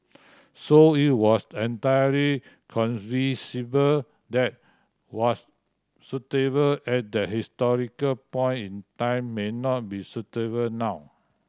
so it was entirely conceivable that what was suitable at that historical point in time may not be suitable now